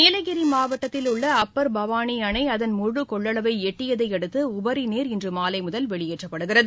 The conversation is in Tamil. நீலகிரி மாவட்டத்தில் உள்ள அப்பர் பவானி அணை அதன் முழு கொள்ளளவை எட்டியதையடுத்து உபரிநீர் இன்று மாலை முதல் வெளியேற்றப்படுகிறது